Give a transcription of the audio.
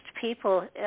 people